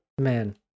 man